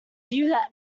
gave